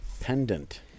Pendant